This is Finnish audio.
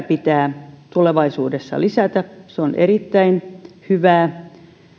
pitää tulevaisuudessa lisätä se on erittäin hyvää